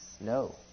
No